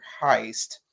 heist